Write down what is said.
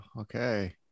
Okay